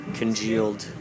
congealed